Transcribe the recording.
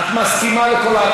אני שמעתי כאן הרבה